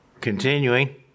continuing